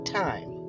time